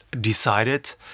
decided